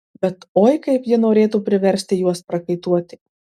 bet oi kaip ji norėtų priversti juos prakaituoti